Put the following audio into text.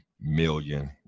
million